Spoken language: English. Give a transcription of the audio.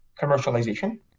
commercialization